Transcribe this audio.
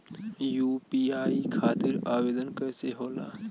UPI खातिर आवेदन कैसे होला?